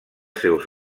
seus